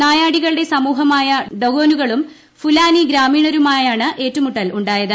നായാടികളുടെ സമൂഹമായ ഡോഗോനുകളും ഫുലാനി ഗ്രാമീണരുമായാണ് ഏറ്റുമുട്ടൽ നടന്നത്